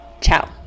ciao